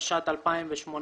התשע"ט-2018.